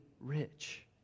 rich